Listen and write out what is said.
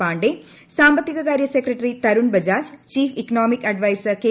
പാണ്ഡെ സാമ്പത്തിക കാര്യ secretary Tarun Bajaj chief economic adviser K